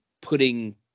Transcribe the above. putting